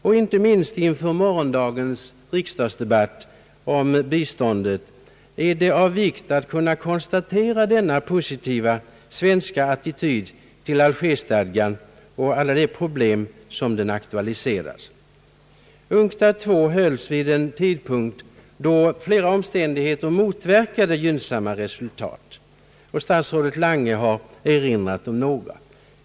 Inte minst inför morgondagens riksdagsdebatt om biståndet är det av vikt att kunna konstatera denna positiva svenska attityd till Algerstadgan och de problem som den aktualiserar. UNCTAD II hölls vid en tidpunkt då många omständigheter motverkade gynnsamma resultat. Statsrådet Lange har erinrat om några.